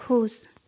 खुश